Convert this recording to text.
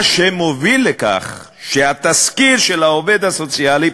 מה שמוביל לכך שהתסקיר של העובד הסוציאלי,